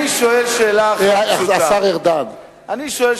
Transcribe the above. אני שואל שאלה אחת פשוטה: